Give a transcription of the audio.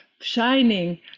shining